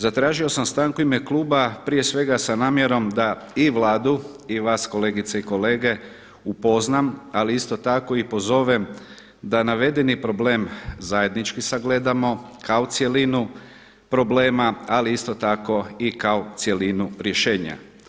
Zatražio sam stanku u ime kluba prije svega sa namjerom da i Vladu i vas kolegice i kolege upoznam, ali isto tako i pozovem da navedeni problem zajednički sagledamo kao cjelinu problema, ali isto tako i kao cjelinu rješenja.